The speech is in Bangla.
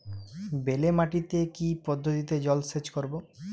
বেলে মাটিতে কি পদ্ধতিতে জলসেচ করব?